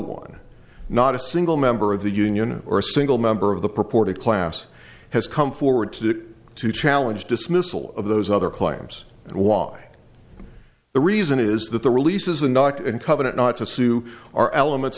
one not a single member of the union or a single member of the purported class has come forward to to challenge dismissal of those other claims and why the reason is that the releases the naacp and covenant not to sue are elements